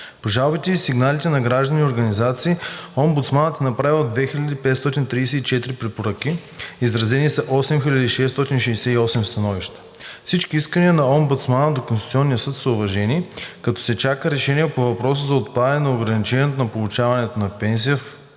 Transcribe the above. По жалбите и сигналите на граждани и организации омбудсманът е направил 2534 препоръки, изразени са 8668 становища. Всички искания на омбудсмана до Конституционния съд са уважени, като се чака решение по въпроса за отпадане на ограничението за получаване на пенсия в